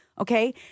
Okay